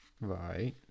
Right